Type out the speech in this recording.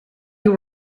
you